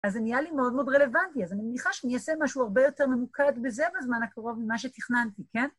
אז זה נהיה לי מאוד מאוד רלוונטי, אז אני מניחה שאני אעשה משהו הרבה יותר ממוקד בזה בזמן הקרוב ממה שתיכננתי, כן?